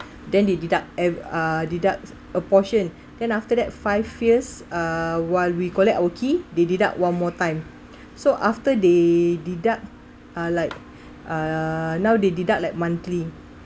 then they deduct uh deduct a portion then after that five years uh while we collect our key they deduct one more time so after they deduct uh like uh now they deduct like monthly